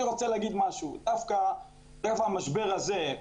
המשבר הזה,